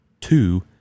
Two